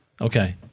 Okay